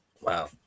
Wow